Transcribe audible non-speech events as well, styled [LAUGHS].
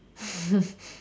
[LAUGHS]